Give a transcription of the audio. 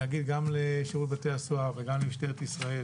להגיד גם לשירות בתי הסוהר וגם למשטרת ישראל,